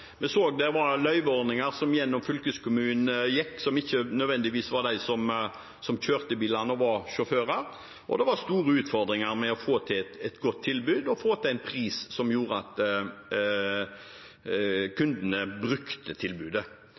Vi så det var løyveordninger som gjennom fylkeskommunene ikke nødvendigvis gikk til dem som kjørte bilene, sjåførene. Det var store utfordringer med å få til et godt tilbud og en pris som gjorde at kundene brukte tilbudet.